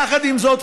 יחד עם זאת,